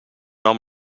hom